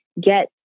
Get